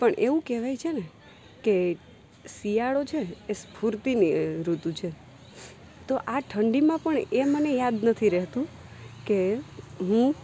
પણ એવું કહેવાય છેને કે શિયાળો છે એ સ્ફૂર્તિની ઋતુ છે તો આ ઠંડીમાં પણ એ મને યાદ નથી રહેતું કે હું